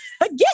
again